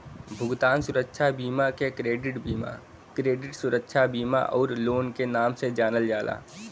भुगतान सुरक्षा बीमा के क्रेडिट बीमा, क्रेडिट सुरक्षा बीमा आउर लोन के नाम से जानल जाला